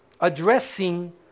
addressing